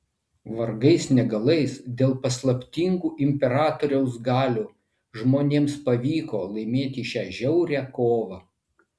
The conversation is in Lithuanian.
vargais negalais dėl paslaptingų imperatoriaus galių žmonėms pavyko laimėti šią žiaurią kovą